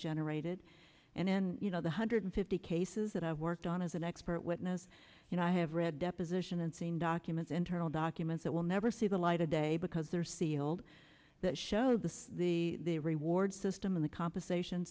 generated and then you know the hundred fifty cases that i've worked on as an expert witness you know i have read deposition and seen documents internal documents that will never see the light of day because they're sealed that show the the reward system of the compensation